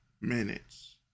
minutes